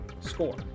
Score